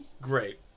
Great